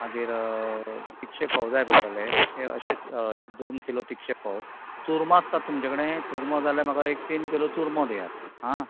मागीर तिकशें फोव जाय पडटलें हें अशेंच एक दोन किलो तिकशें फोव चुरमा आसता तुमच्या कडेन चुरमा जाल्यार म्हाका एक तीन किलो चुरमो दियात आं